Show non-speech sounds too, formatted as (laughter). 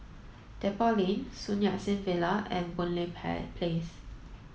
Depot Lane Sun Yat Sen Villa and Boon Lay (unintelligible) Place